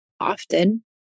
often